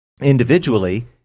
individually